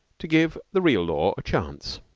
to give the real law a chance.